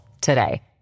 today